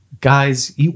Guys